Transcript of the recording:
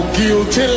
guilty